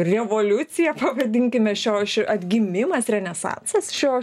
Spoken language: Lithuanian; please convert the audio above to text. revoliucija pavadinkime šio ši atgimimas renesansas šio